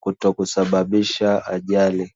kutokusasababisha ajali.